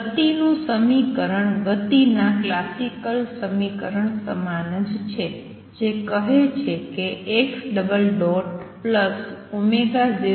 ગતિનું સમીકરણ ગતિના ક્લાસિકલ સમીકરણ સમાન જ છે જે કહે છે x02x0